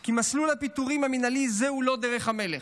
כי מסלול הפיטורים המינהלי הזה הוא לא דרך המלך.